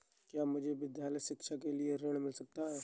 क्या मुझे विद्यालय शिक्षा के लिए ऋण मिल सकता है?